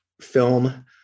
film